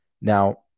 Now